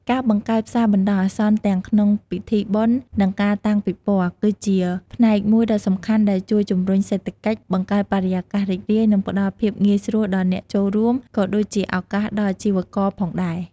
ការបង្កើតផ្សារបណ្ដោះអាសន្នទាំងក្នុងពិធីបុណ្យ និងការតាំងពិព័រណ៍ គឺជាផ្នែកមួយដ៏សំខាន់ដែលជួយជំរុញសេដ្ឋកិច្ច បង្កើតបរិយាកាសរីករាយ និងផ្ដល់ភាពងាយស្រួលដល់អ្នកចូលរួម ក៏ដូចជាឱកាសដល់អាជីវករផងដែរ។